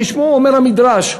תשמעו, אומר המדרש: